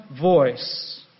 voice